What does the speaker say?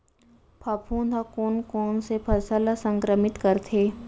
फफूंद ह कोन कोन से फसल ल संक्रमित करथे?